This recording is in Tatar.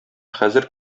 хәзер